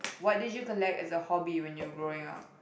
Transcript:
what did you collect as a hobby when you were growing up